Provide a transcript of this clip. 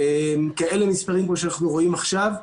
כאלה מספרים כמו שאנחנו רואים עכשיו.